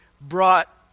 brought